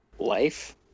Life